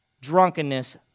drunkenness